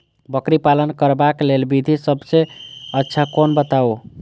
बकरी पालन करबाक लेल विधि सबसँ अच्छा कोन बताउ?